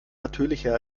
natürlicher